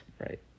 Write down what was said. right